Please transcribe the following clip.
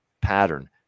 pattern